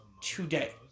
today